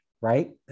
right